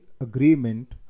agreement